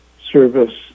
service